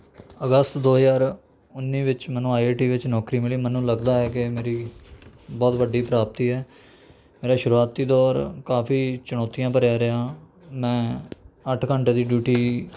ਅਗਸਤ ਦੋ ਹਜ਼ਾਰ ਉੱਨੀ ਵਿੱਚ ਮੈਨੂੰ ਆਈ ਆਈ ਟੀ ਵਿੱਚ ਨੌਕਰੀ ਮਿਲੀ ਮੈਨੂੰ ਲੱਗਦਾ ਹੈ ਕਿ ਮੇਰੀ ਬਹੁਤ ਵੱਡੀ ਪ੍ਰਾਪਤੀ ਹੈ ਮੇਰਾ ਸ਼ੁਰੂਆਤੀ ਦੌਰ ਕਾਫੀ ਚੁਣੌਤੀਆਂ ਭਰਿਆ ਰਿਹਾ ਮੈਂ ਅੱਠ ਘੰਟੇ ਦੀ ਡਿਊਟੀ